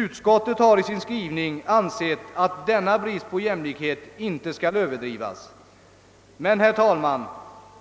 Utskottet framhåller i sin skrivning att denna brist på jämlikhet inte skall överdrivas. Men, herr talman,